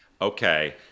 okay